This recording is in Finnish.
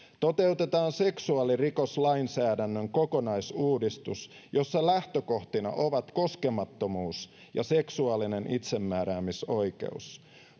toteutetaan seksuaalirikoslainsäädännön kokonaisuudistus jossa lähtökohtina ovat koskemattomuus ja seksuaalinen itsemääräämisoikeus